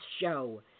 Show